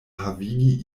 havigi